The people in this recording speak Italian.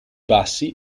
bassi